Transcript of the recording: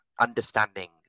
understanding